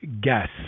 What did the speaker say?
gas